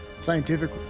scientific